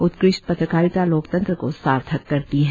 उत्कृष्ट पत्रकारिता लोकतंत्र को सार्थक करती है